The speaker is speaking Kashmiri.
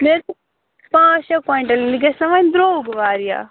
مےٚ حظ پانٛژھ شےٚ کۄیِنٛٹل یہِ گژھِ نا وۅنۍ درٛۅگ واریاہ